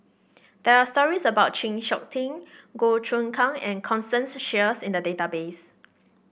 there are stories about Chng Seok Tin Goh Choon Kang and Constance Sheares in the database